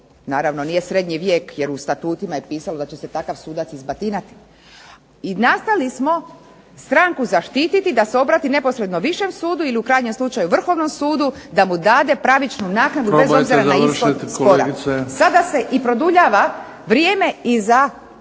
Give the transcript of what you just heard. naravno nije srednji vijek jer u statutima je pisalo da će se takav sudac izbatinat, nastojali smo stranku zaštititi da se obrati neposredno višem sudu ili u krajnjem slučaju Vrhovnom sudu da mu dade pravičnu naknadu bez obzira na ishod spora. Sada se i produljava vrijeme i za